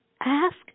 Ask